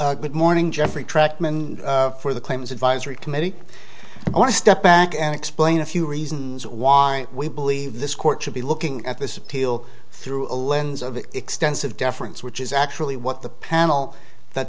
rebuttal good morning jeffery trackman for the claims advisory committee i want to step back and explain a few reasons why we believe this court should be looking at this appeal through a lens of extensive deference which is actually what the panel that